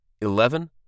Eleven